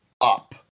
up